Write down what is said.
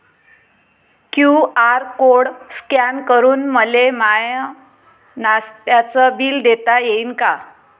QR code scan करून मले माय नास्त्याच बिल देता येईन का?